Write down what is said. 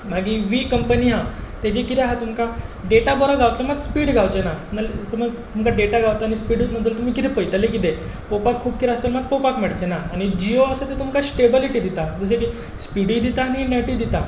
मागीर वी कंपनी आसा तेजी कितें आसा तुमकां डेटा बरो गावता मात स्पीड गावचेना समज तुमकां डेटा गावता पूण स्पीड गावना जाल्यार कितें तुमी पयतली कितें पळोवपाक खूब कितें आसतलें मात पळोवपाक मेळचेना आनी जियो आसा तो तुमकां स्टॅबिलिटी दिता जशें की स्पीडूय दिता आनी नॅटूय दिता